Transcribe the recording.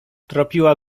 tropiła